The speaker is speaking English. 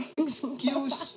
excuse